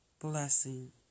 blessing